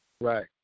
Right